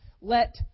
Let